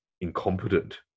incompetent